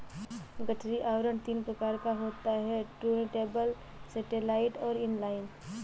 गठरी आवरण तीन प्रकार का होता है टुर्नटेबल, सैटेलाइट और इन लाइन